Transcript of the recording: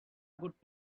good